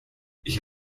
ich